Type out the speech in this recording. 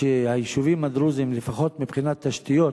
שהיישובים הדרוזיים, לפחות מבחינת תשתיות,